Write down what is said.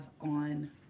on